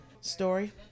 story